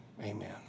amen